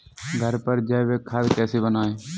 घर पर जैविक खाद कैसे बनाएँ?